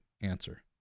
answer